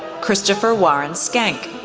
christopher warren scank,